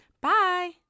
Bye